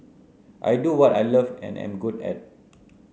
I do what I love and am good at